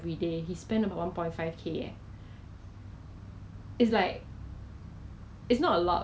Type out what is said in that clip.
but then slowly as time goes by 他们的 mask 越来越有点 advance lah